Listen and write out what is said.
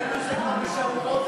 אצלנו זה כבר היה בשבועות.